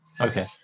Okay